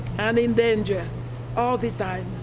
and in danger all the time.